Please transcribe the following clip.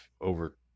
over